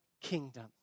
kingdom